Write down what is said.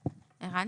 הכל,